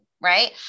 right